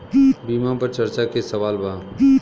बीमा पर चर्चा के सवाल बा?